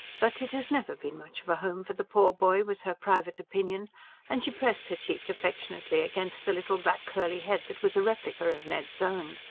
but it has never been much of a home for the poor boy was her private opinion and she pressed her cheek affectionately against the little black curly head that was a replica of ned's own.